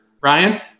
Ryan